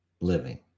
living